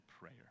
prayer